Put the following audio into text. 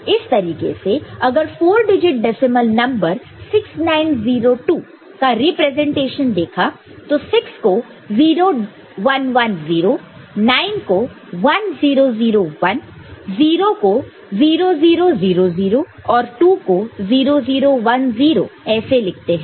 इसी तरीके से अगर 4 डिजिट डेसिमल नंबर 6902 का रीप्रेजेंटेशन देखे तो 6 को 0 1 1 0 9 को 1 0 0 1 0 को 0 0 0 0 और 2 को 0 0 1 0 ऐसे लिखते हैं